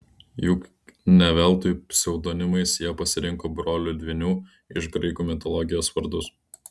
juk ne veltui pseudonimais jie pasirinko brolių dvynių iš graikų mitologijos vardus